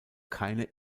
keine